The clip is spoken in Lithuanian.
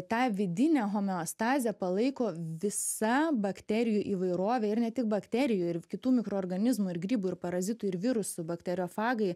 tą vidinę homeostazę palaiko visa bakterijų įvairovė ir ne tik bakterijų ir kitų mikroorganizmų ir grybų ir parazitų ir virusų bakteriofagai